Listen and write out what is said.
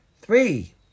Three